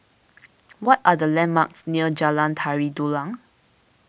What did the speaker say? what are the landmarks near Jalan Tari Dulang